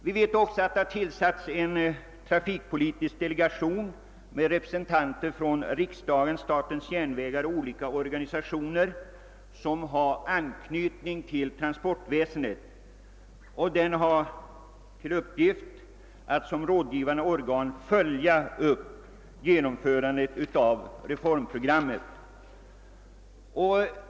Vi vet att det har tillsatts en trafikpolitisk delegation med representanter för riksdagen, statens järnvägar och olika organisationer som har anknytning till transportväsendet. Denna delegation har till uppgift att som rådgivande organ följa upp genomförandet av reformprogrammet.